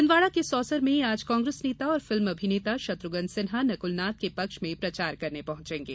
छिंदवाड़ा के सौसर में आज कांग्रेस नेता और फिल्म अभिनेता शत्रुघ्न सिन्हा नकुलनाथ के पक्ष में प्रचार करने पहुंचेंगे